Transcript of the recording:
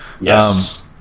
Yes